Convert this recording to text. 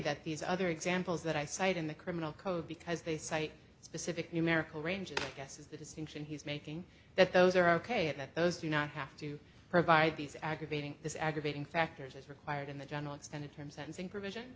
that these other examples that i cite in the criminal code because they cite specific numerical ranges guesses the distinction he's making that those are ok and that those do not have to provide these aggravating this aggravating factors as required in the general extended term sentencing provision